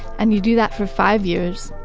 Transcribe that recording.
and you do that for five years,